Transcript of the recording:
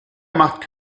macht